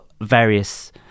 various